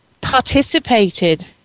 participated